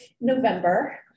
November